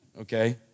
okay